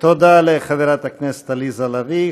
תודה לחברת הכנסת עליזה לביא.